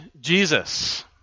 Jesus